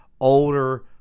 older